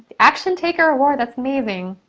action taker award, that's amazing.